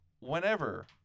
whenever